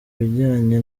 bijyanye